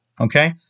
Okay